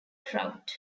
trout